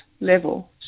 level